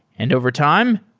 and overtime,